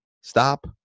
stop